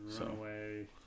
Runaway